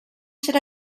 should